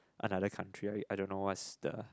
another country I don't what is the